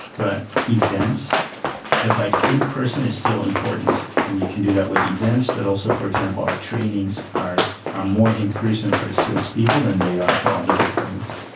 but events at like in-person is still important, and you can do that with events but also, for example, our trainings are more in-person for the salespeople than they are for all the departments.